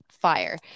fire